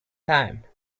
time